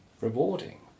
rewarding